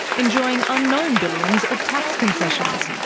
enjoying unknown billions of tax concessions,